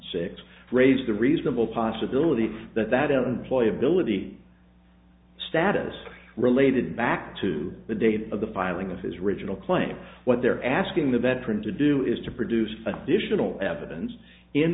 six raised the reasonable possibility that that employability status related back to the date of the filing of his original claim what they're asking the veteran to do is to produce additional evidence in